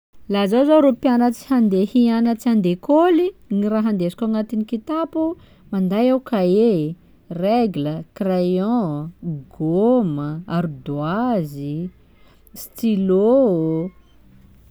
Laha zaho zô ro mpianatsy hande hianatsy an-dekôly, gny raha handesiko agnatigny kitapo: manday aho kahie, regle, crayon, gôma, ardoazy, stylo.